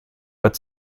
but